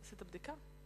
עשית בדיקה?